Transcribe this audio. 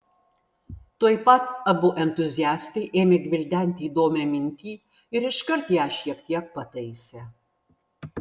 tuoj pat abu entuziastai ėmė gvildenti įdomią mintį ir iškart ją šiek tiek pataisė